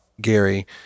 Gary